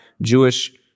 Jewish